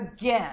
again